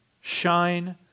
Shine